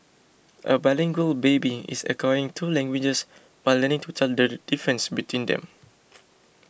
a bilingual baby is acquiring two languages while learning to tell the difference between them